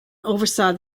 oversaw